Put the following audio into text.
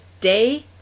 day